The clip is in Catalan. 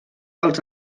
els